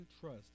trust